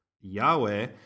Yahweh